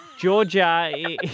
Georgia